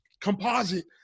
composite